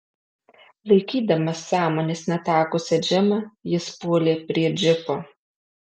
laikydamas sąmonės netekusią džemą jis puolė prie džipo